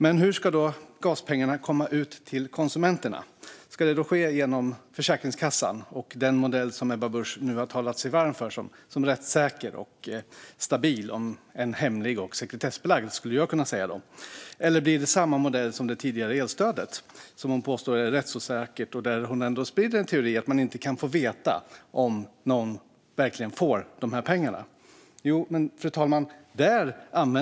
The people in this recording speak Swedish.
Men hur ska gaspengarna komma ut till konsumenterna? Ska det ske genom Försäkringskassan och den modell som Ebba Busch nu talat sig varm för som rättssäker och stabil - om än med mitt tillägg att den är hemlig och sekretessbelagd - eller blir det enligt samma modell som det tidigare elstödet, som hon påstår är rättsosäker och där hon sprider en teori att man inte kan veta om någon verkligen får pengarna? Fru talman!